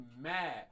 mad